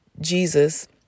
Jesus